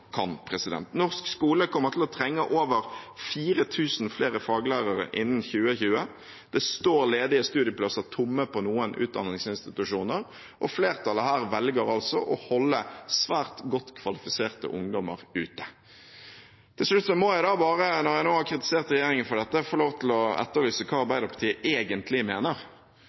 Norsk skole kommer til å trenge over 4 000 flere faglærere innen 2020. Det står ledige studieplasser tomme på noen utdanningsinstitusjoner, og flertallet her velger å holde svært godt kvalifiserte ungdommer ute. Når jeg nå har kritisert regjeringen for dette, må jeg til slutt få lov til å etterlyse hva Arbeiderpartiet egentlig mener.